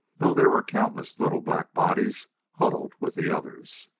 though there were countless little black bodies huddled with the others.